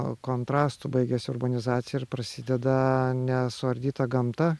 kontrastų baigiasi urbanizacija ir prasideda nesuardyta gamta